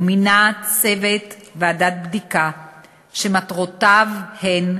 הוא מינה צוות ועדת בדיקה שמטרותיו הן: